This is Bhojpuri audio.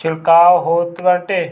छिड़काव होत बाटे